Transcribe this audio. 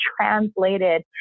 translated